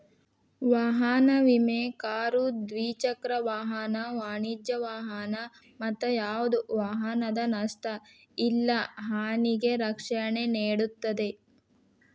ವಾಹನ ವಿಮೆ ಕಾರು ದ್ವಿಚಕ್ರ ವಾಹನ ವಾಣಿಜ್ಯ ವಾಹನ ಮತ್ತ ಯಾವ್ದ ವಾಹನದ ನಷ್ಟ ಇಲ್ಲಾ ಹಾನಿಗೆ ರಕ್ಷಣೆ ನೇಡುತ್ತದೆ